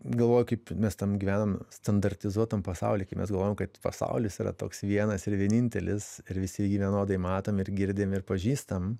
galvoju kaip mes tam gyvenam standartizuotam pasauly kai mes galvojam kad pasaulis yra toks vienas ir vienintelis ir visi jį vienodai matom ir girdim ir pažįstam